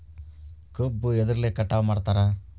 ಕಬ್ಬು ಎದ್ರಲೆ ಕಟಾವು ಮಾಡ್ತಾರ್?